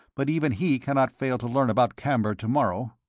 but even he cannot fail to learn about camber to-morrow.